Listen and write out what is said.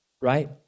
right